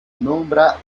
nombra